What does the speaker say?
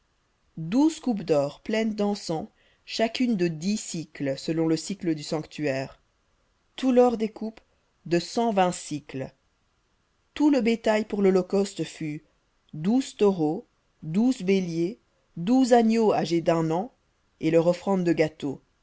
douze coupes d'or pleines d'encens chacune de dix selon le sicle du sanctuaire tout l'or des coupes de cent vingt tout le bétail pour l'holocauste fut douze taureaux douze béliers douze agneaux âgés d'un an et leurs offrandes de gâteau